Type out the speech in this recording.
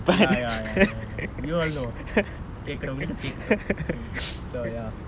ya ya ya ya ya you all know கேக்குரவங்களுக்குக் கேக்கட்டும்:kekkuravangalukku kekkattum so ya